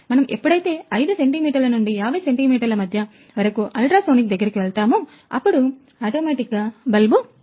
మనము ఎప్పుడైతే ఐదు సెంటీమీటర్ల నుండి 50 సెంటీమీటర్ల మధ్య వరకు అల్ట్రాసోనిక్ దగ్గరికి వెళ్తామో అప్పుడు ఆటోమేటిక్ గా బల్బు వెలుగుతుంది